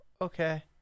okay